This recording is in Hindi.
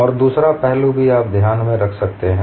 और दूसरा पहलू भी आप ध्यान में रख सकते हैं